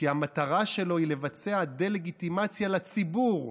כי המטרה שלו היא לבצע דה-לגיטימציה לציבור,